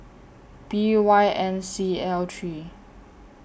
B Y N C L three